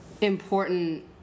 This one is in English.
important